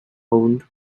owned